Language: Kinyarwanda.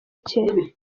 cye